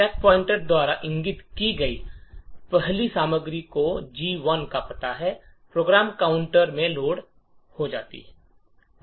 stack pointer द्वारा इंगित की गई पहली सामग्री जो कि G1 का पता है प्रोग्राम काउंटर में लोड हो जाती है